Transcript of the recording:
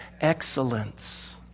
excellence